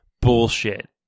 bullshit